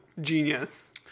Genius